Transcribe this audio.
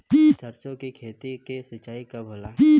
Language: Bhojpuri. सरसों की खेती के सिंचाई कब होला?